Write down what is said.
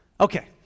okay